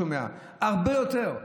הרבה יותר.